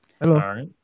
Hello